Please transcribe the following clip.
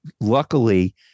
luckily